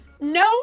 No